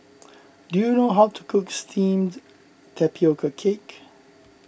do you know how to cook Steamed Tapioca Cake